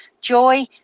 joy